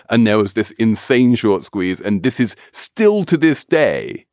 and there was this insane short squeeze. and this is still to this day,